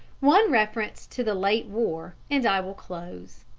one reference to the late war, and i will close.